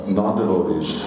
non-devotees